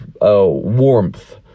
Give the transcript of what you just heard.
warmth